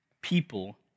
people